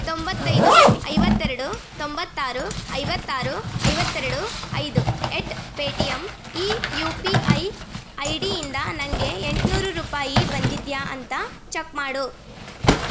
ತೊಂಬತ್ತೈದು ಐವತ್ತೆರಡು ತೊಂಬತ್ತಾರು ಐವತ್ತಾರು ಐವತ್ತೆರಡು ಐದು ಎಟ್ ಪೇ ಟಿ ಎಮ್ ಈ ಯು ಪಿ ಐ ಐ ಡಿಯಿಂದ ನನಗೆ ಎಂಟು ನೂರು ರೂಪಾಯಿ ಬಂದಿದೆಯಾ ಅಂತ ಚೆಕ್ ಮಾಡು